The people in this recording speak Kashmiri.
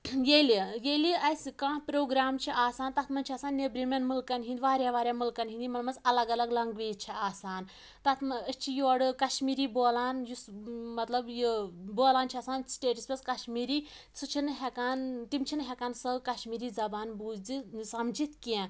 ییٚلہِ ییٚلہِ اسہِ کانٛہہ پرٛوگرام چھُ آسان تَتھ منٛز چھِ آسان نیٚبرِمیٚن ملکَن ہِنٛدۍ واریاہ واریاہ ملکَن ہِنٛدۍ یِمَن منٛز اَلگ اَلگ لنٛگویج چھِ آسان تَتھ منٛز أسۍ چھِ یورٕ کشمیٖری بولان یُس مطلب یہِ بولان چھُ آسان سٹیجس منٛز کَشمیٖری سُہ چھُنہٕ ہیٚکان تِم چھِنہٕ ہیٚکان سۄ کشمیٖری زبان بوٗزِتھ سَمجھتھ کیٚنٛہہ